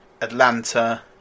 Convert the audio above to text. Atlanta